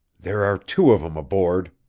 there are two of em aboard.